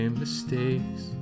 mistakes